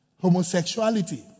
homosexuality